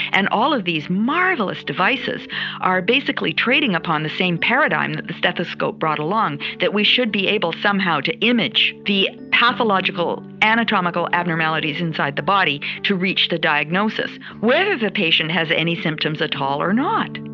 and all of these marvelous marvelous devices are basically trading upon the same paradigm that the stethoscope brought along, that we should be able somehow to image the pathological anatomical abnormalities inside the body to reach the diagnosis whether the patient has any symptoms at all or not